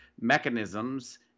mechanisms